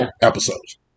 episodes